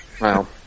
Wow